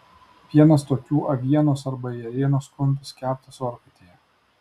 vienas tokių avienos arba ėrienos kumpis keptas orkaitėje